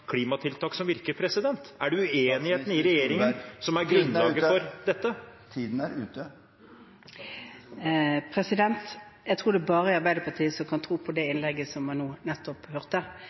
klimatiltak som virker. Er det uenighet i regjeringen som er grunnlaget for dette? Tiden er ute! Jeg tror det bare er Arbeiderpartiet som kan tro på det innlegget som vi nettopp hørte.